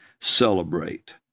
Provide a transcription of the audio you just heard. celebrate